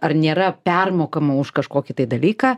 ar nėra permokama už kažkokį tai dalyką